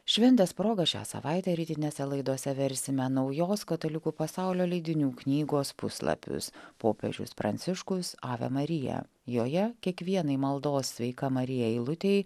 šventės proga šią savaitę rytinėse laidose versime naujos katalikų pasaulio leidinių knygos puslapius popiežius pranciškus ave marija joje kiekvienai maldos sveika marija eilutėj